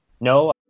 no